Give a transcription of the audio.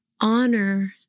honor